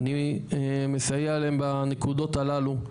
אני מסייע להם בנקודות הללו,